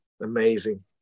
amazing